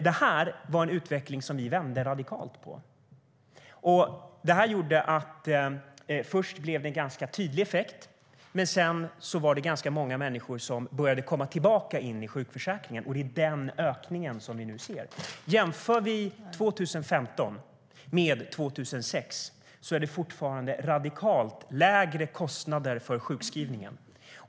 Det var en utveckling som vi vände på radikalt. Först blev det en ganska tydlig effekt. Men sedan var det ganska många människor som började komma tillbaka in i sjukförsäkringen. Det är den ökningen som vi nu ser. Jämför vi 2015 med 2006 är det fortfarande radikalt lägre kostnader för sjukskrivningen.